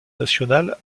national